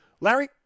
Larry